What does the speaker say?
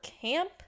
camp